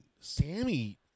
Sammy